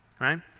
right